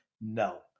no